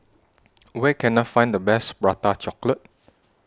Where Can I Find The Best Prata Chocolate